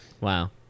Wow